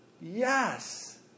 Yes